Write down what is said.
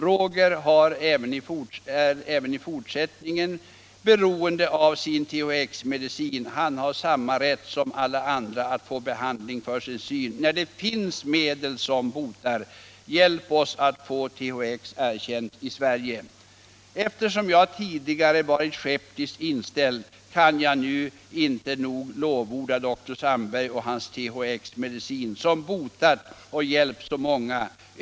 Roger är även i fortsättningen beroende av sin THX medicin, han har samma rätt som alla andra att få behålla sin syn när det finns medel som botar. Hjälp oss att få THX erkänt i Sverige. Eftersom även jag tidigare varit skeptiskt inställd, kan jag nu inte nog lovorda Dr. Sandberg och hans THX-medicin som botat och hjälpt så många.